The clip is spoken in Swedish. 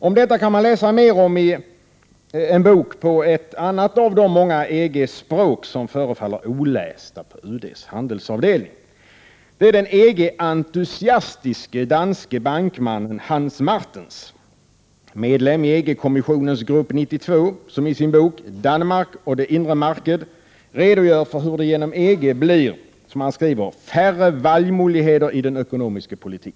Om detta kan man läsa mer om i en bok på ett annat av de många EG-språk som förefaller olästa på UD:s handelsavdelning. Det är den EG-entusiastiske danske bankmannen Hans Martens, medlem i EG-kommissionens grupp 92, som i sin bok ”Danmark og det Indre Marked” redogör för hur det genom EG blir, som han skriver, ”faerre valgmuligheder i den oekonomiske politik”.